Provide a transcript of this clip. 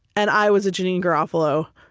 and i was a janeane garofalo,